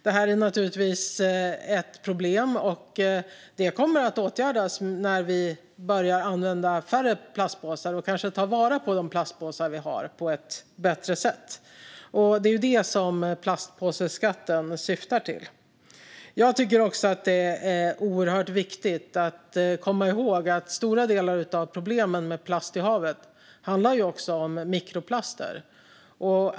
Detta är naturligtvis ett problem, och det kommer att åtgärdas när vi börjar använda färre plastpåsar och kanske tar vara på de plastpåsar vi har på ett bättre sätt. Det är detta som plastpåseskatten syftar till. Det är oerhört viktigt att komma ihåg att stora delar av problemen med plast i havet handlar om mikroplaster.